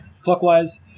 clockwise